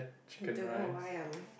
I don't know why I'm